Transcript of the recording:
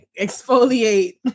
exfoliate